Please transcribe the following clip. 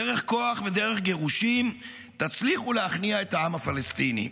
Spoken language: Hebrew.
דרך כוח ודרך גירושים תצליחו להכניע את העם הפלסטיני,